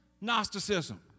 Gnosticism